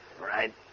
right